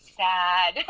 sad